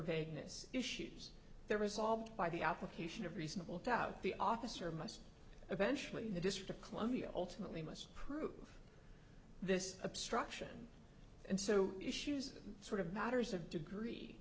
vagueness issues there was solved by the application of reasonable doubt the officer must eventually the district of columbia ultimately must prove this obstruction and so issues sort of matters of degree